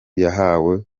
yahawe